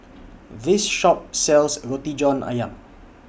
This Shop sells Roti John Ayam